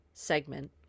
segment